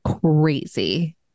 crazy